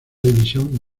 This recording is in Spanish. división